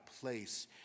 place